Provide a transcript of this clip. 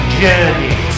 journey